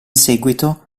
seguito